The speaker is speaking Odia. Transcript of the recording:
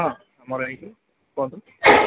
ହଁ ଆମ ଘର କୁହନ୍ତୁ